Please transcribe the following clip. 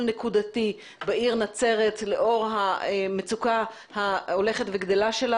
נקודתי בעיר נצרת לאור המצוקה ההולכת וגדלה שלה